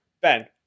Ben